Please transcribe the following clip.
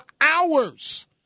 hours